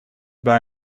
bij